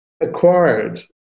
acquired